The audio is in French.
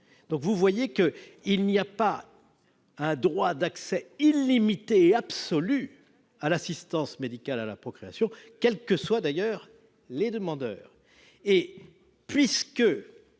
vous le voyez bien : il n'y a pas de droit d'accès illimité et absolu à l'assistance médicale à la procréation, quels que soient d'ailleurs les demandeurs. Alors que